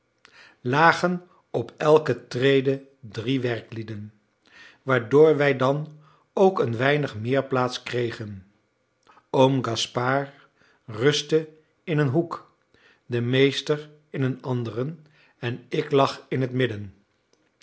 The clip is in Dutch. lagen op elke trede drie werklieden waardoor wij dan ook een weinig meerplaats kregen oom gaspard rustte in een hoek de meester in een anderen en ik lag in het midden